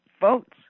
votes